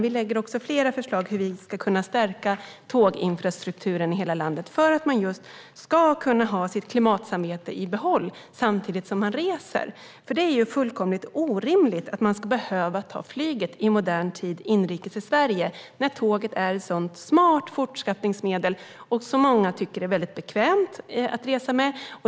Vi lägger fram flera förslag på hur man ska kunna stärka tåginfrastrukturen i hela landet för att man ska kunna ha sitt klimatsamvete i behåll samtidigt som man reser. Det är fullkomligt orimligt att man i modern tid ska behöva ta flyget inrikes i Sverige när tåget är ett sådant smart fortskaffningsmedel som många tycker är bekvämt att resa med.